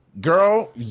girl